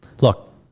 look